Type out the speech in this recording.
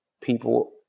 people